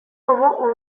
moment